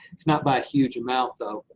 it's not by a huge amount, though.